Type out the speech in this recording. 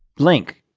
link,